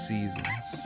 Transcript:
Seasons